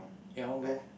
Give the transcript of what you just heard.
ya I want go